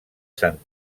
sant